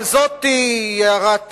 אבל זו הערת שוליים.